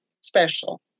special